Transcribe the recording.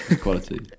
Quality